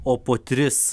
o po tris